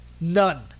None